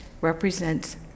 represents